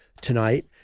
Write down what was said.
tonight